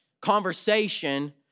conversation